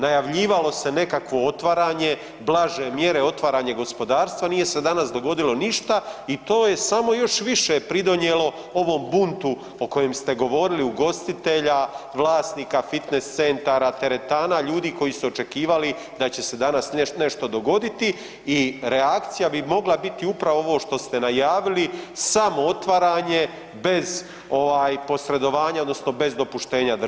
Najavljivalo se nekakvo otvaranje, blaže mjere, otvaranje gospodarstva, nije se danas dogodilo ništa i to je samo još više pridonijelo ovom buntu o kojem ste govorili ugostitelja, vlasnika fitnes centara, teretana, ljudi koji su očekivali da će se danas nešto dogoditi i reakcija bi mogla biti upravo ovo što ste najavili sam otvaranje bez ovaj posredovanja odnosno bez dopuštenja države.